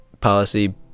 policy